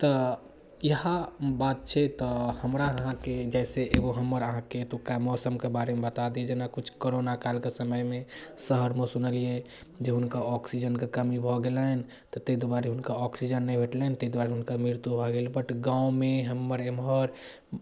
तऽ इएह बात छै तऽ हमरा अहाँकेॅं जाय से एगो हमर अहाँकेँ एतुका मौसमके बारेमे बता दी जेना किछु कोरोना कालके समयमे शहरमे सुनलियै जे हुनका ऑक्सीजनके कमी भऽ गेलनि ताहि दुआरे हुनका ऑक्सीजन नहि भेटलनि ताहि दुआरे हुनका मृत्य भऽ गेल बट गाँवमे हमर एम्हर